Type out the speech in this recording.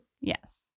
Yes